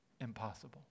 impossible